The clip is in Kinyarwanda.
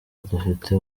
dufite